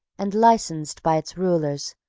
and licensed by its rulers,